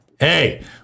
Hey